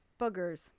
boogers